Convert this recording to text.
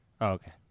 Okay